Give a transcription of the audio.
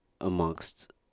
amongst